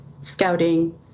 scouting